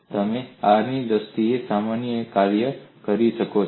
તમે r ની દ્રષ્ટિએ સામાન્ય કાર્ય કરી શકો છો